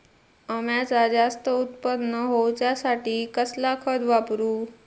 अम्याचा जास्त उत्पन्न होवचासाठी कसला खत वापरू?